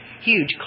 Huge